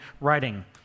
writing